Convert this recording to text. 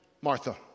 Martha